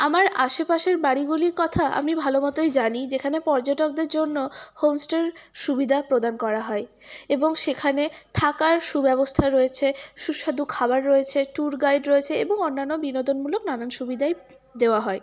আমার আশেপাশের বাড়িগুলির কথা আমি ভালো মতোই জানি যেখানে পর্যটকদের জন্য হোমস্টের সুবিধা প্রদান করা হয় এবং সেখানে থাকার সুব্যবস্থা রয়েছে সুস্বাদু খাবার রয়েছে ট্যুর গাইড রয়েছে এবং অন্যান্য বিনোদনমূলক নানান সুবিধাই দেওয়া হয়